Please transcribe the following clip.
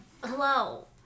Hello